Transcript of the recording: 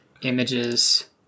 Images